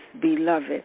beloved